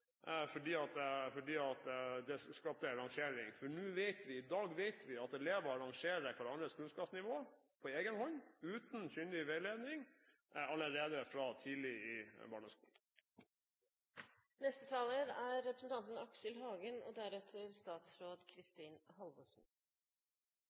fordi det skapte rangering. I dag vet vi at elever rangerer hverandres kunnskapsnivå på egen hånd, uten kyndig veiledning, allerede fra tidlig i barneskolen. I samfunnet generelt er tallfesting på mote – det gjelder bil, kropp, mat, kino, bøker og